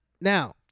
Now